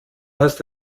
hast